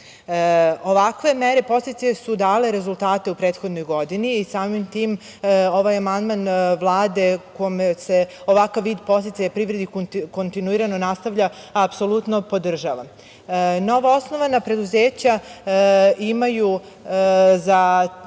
mere podsticaja su dale rezultate u prethodnoj godini i samim tim ovaj amandman Vlade u kome se ovakav vid podsticaja privredi kontinuirano nastavlja apsolutno podržavam. Novoosnovana preduzeća imaju